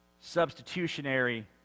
substitutionary